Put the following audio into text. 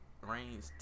range